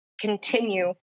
continue